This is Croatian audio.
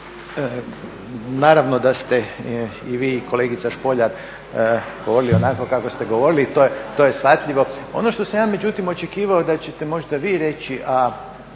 naravno da ste i vi i kolegica Špoljar govorili onako kako ste govorili, to je shvatljivo. Ono što sam ja međutim očekivao da ćete možda vi reći,